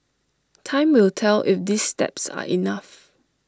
time will tell if these steps are enough